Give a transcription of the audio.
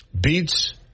beats